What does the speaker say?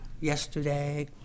yesterday